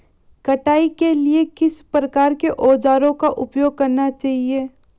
कटाई के लिए किस प्रकार के औज़ारों का उपयोग करना चाहिए?